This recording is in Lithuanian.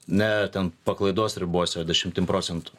ne ten paklaidos ribose dešimtim procentų